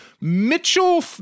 Mitchell